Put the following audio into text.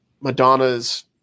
Madonna's